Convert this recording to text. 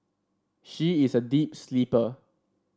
she is a deep sleeper